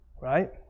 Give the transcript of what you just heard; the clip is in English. Right